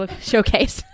Showcase